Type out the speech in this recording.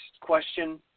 question